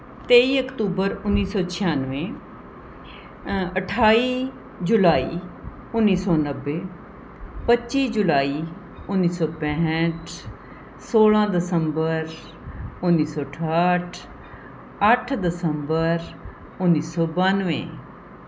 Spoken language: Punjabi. ਤੇਈ ਅਕਤੂਬਰ ਉੱਨੀ ਸੌ ਛਿਆਨਵੇਂ ਅਠਾਈ ਜੁਲਾਈ ਉੱਨੀ ਸੌ ਨੱਬੇ ਪੱਚੀ ਜੁਲਾਈ ਉੱਨੀ ਸੌ ਪੈਂਹਠ ਸੋਲ੍ਹਾਂ ਦਸੰਬਰ ਉੱਨੀ ਸੌ ਠਾਹਠ ਅੱਠ ਦਸੰਬਰ ਉੱਨੀ ਸੌ ਬਾਨਵੇਂ